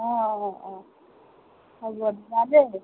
অঁ অঁ অঁ হ'ব দিবা দেই